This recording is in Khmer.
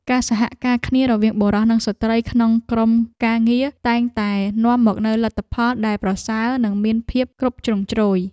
ការសហការគ្នារវាងបុរសនិងស្ត្រីក្នុងក្រុមការងារតែងតែនាំមកនូវលទ្ធផលដែលប្រសើរនិងមានភាពគ្រប់ជ្រុងជ្រោយ។